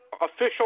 official